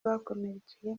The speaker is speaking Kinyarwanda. bakomerekeye